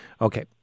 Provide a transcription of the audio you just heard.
Okay